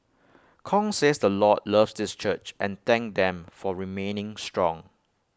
Kong says the Lord loves this church and thanked them for remaining strong